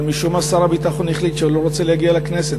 אבל משום מה שר הביטחון החליט שהוא לא רוצה להגיע לכנסת,